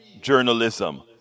journalism